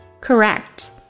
correct